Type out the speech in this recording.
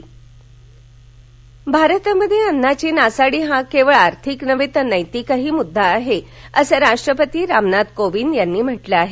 राष्ट्रपती भारतामध्ये अन्नाची नासाडी हा केवळ आर्थिक नव्हे तर नैतिकही मुद्दा आहे असं राष्ट्रपती रामनाथ कोविंद यांनी म्हंटल आहे